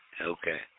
Okay